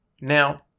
Now